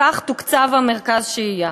לכך תוקצב מרכז שהייה.